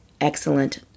excellent